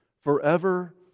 forever